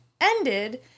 ended